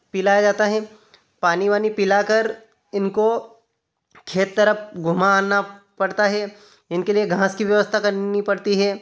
पिलाया जाता है पानी वानी पिला कर इनको खेत तरफ़ घुमाना पड़ता है इनके लिए घाँस की व्यवस्था करनी पड़ती है